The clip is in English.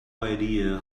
idea